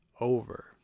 over